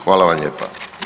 Hvala vam lijepa.